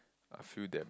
I feel damn